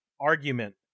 argument